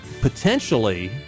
potentially